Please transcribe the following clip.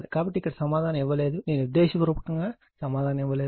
కాబట్టి ఇక్కడ సమాధానం ఇవ్వలేదు నేను ఉద్దేశపూర్వకంగా సమాధానం ఇవ్వలేదు